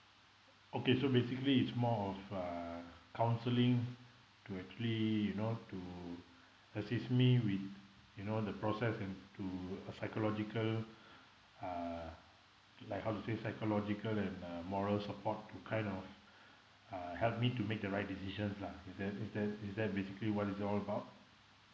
okay so basically it's more of uh counselling to actually you know to assist me with you know the process and to a psychological uh to like how to say psychological and uh moral support to kind of uh help me to make the right decisions lah is that is that is that basically what is it all about